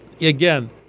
again